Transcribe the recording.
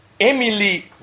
Emily